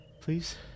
Please